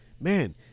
man